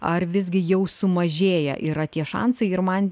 ar visgi jau sumažėję yra tie šansai ir man